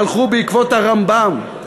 הלכו בעקבות הרמב"ם,